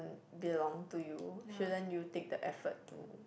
belong to you shouldn't you take the effort to